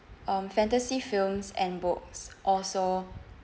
um fantasy films and books also